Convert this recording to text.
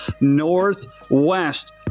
northwest